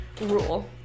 rule